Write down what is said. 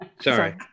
Sorry